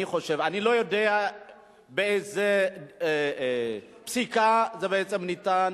אני לא יודע באיזה פסיקה זה בעצם ניתן,